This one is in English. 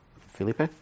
Felipe